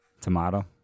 Tomato